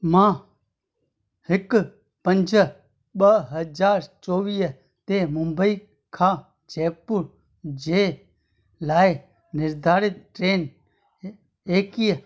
मां हिकु पंज ॿ हज़ार चौवीह ते मुम्बई खां जयपुर जे लाइ निर्धारित ट्रेन एकवीह